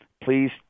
please